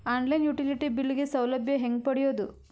On line utility bill ಗ ಸೌಲಭ್ಯ ಹೇಂಗ ಪಡೆಯೋದು?